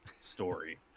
story